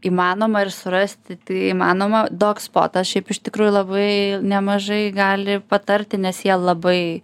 įmanoma ir surasti tai įmanoma dog spotas šiaip iš tikrųjų labai nemažai gali patarti nes jie labai